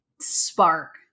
spark